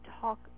talk